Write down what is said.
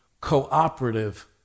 cooperative